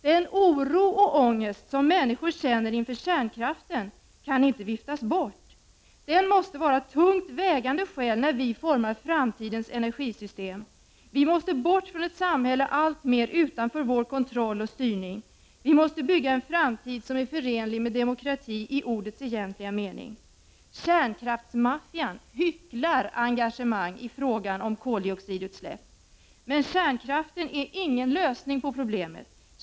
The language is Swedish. Den oro och ångest som människor känner inför kärnkraften kan inte viftas bort. Den måste vara ett tungt vägande skäl när vi formar framtidens energisystem. Vi måste bort från ett samhälle alltmer utanför vår kontroll och styrning. Vi måste bygga en framtid som är förenlig med demokrati i ordets egentliga mening. Kärnkraftsmaffian hycklar engagemang i frågan om koldioxidutsläpp. Men kärnkraften är ingen lösning på problemet.